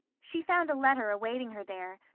she found a letter awaiting her there,